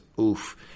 oof